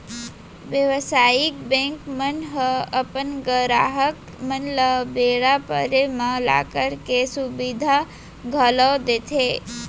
बेवसायिक बेंक मन ह अपन गराहक मन ल बेरा पड़े म लॉकर के सुबिधा घलौ देथे